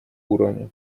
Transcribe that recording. уровня